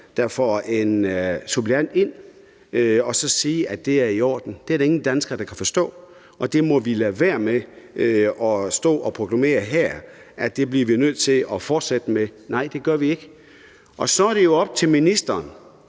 der får en suppleant ind, og så sige, at det er i orden. Det er der ingen danskere der kan forstå, og det må vi lade være med at stå og proklamere her at vi bliver nødt til at fortsætte med. Nej, det gør vi ikke, og så er det jo op til ministeren,